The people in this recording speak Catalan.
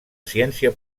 ciència